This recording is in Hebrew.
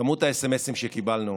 כמות המסרונים שקיבלנו,